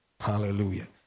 Hallelujah